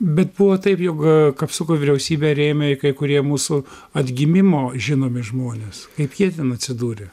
bet buvo taip jog kapsuko vyriausybę rėmė ir kai kurie mūsų atgimimo žinomi žmonės kaip jie ten atsidūrė